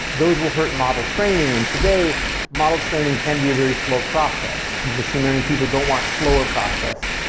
those will hurt model training and today model training can be a very slow process. machine learning people don't want slower process.